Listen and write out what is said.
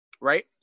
right